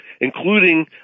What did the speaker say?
including